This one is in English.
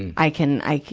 and i can, i ca,